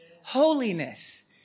holiness